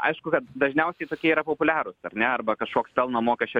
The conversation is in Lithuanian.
aišku kad dažniausiai tokie yra populiarūs ar ne arba kažkoks pelno mokesčio